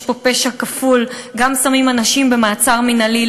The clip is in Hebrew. יש פה פשע כפול: גם שמים אנשים במעצר מינהלי,